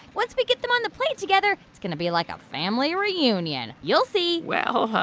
once we get them on the plane together, it's going to be like a family reunion. you'll see well.